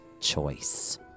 choice